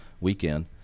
weekend